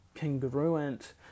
congruent